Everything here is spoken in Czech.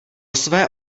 své